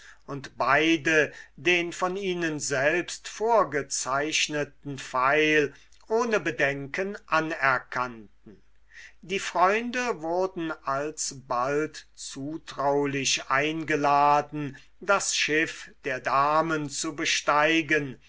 und beide den von ihnen selbst vorgezeichneten pfeil ohne bedenken anerkannten die freunde wurden alsbald zutraulich eingeladen das schiff der damen zu besteigen